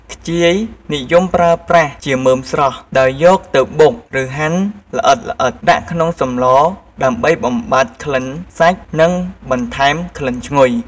ខ្ជាយនិយមប្រើប្រាស់ជាមើមស្រស់ ដោយយកទៅបុក ឬហាន់ល្អិតៗដាក់ក្នុងសម្លដើម្បីបំបាត់ក្លិនសាច់និងបន្ថែមក្លិនឈ្ងុយ។